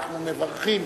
אנחנו מברכים.